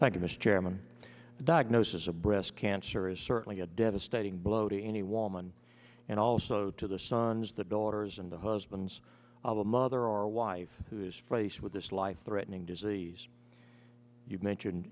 mr chairman the diagnosis of breast cancer is certainly a devastating blow to anyone and also to the sons the daughters and the husbands of a mother or wife who is faced with this life threatening disease you've mentioned